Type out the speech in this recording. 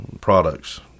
products